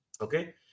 Okay